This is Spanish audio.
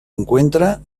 encuentra